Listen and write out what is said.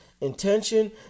intention